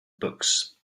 books